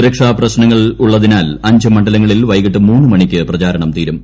സുരക്ഷാ പ്രശ്നങ്ങൾ ഉള്ളതിനാൽ അഞ്ച് മണ്ഡലങ്ങളിൽ വൈകിട്ട് മൂന്നുമണിക്ക് പ്രചാരണം തീരും